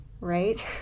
Right